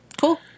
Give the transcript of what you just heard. Cool